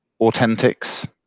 Authentics